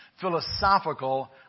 philosophical